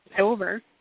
over